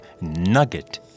nugget